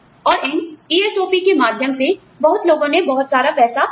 और इन ESOP के माध्यम से बहुत लोगों ने बहुत सारा पैसा खो दिया है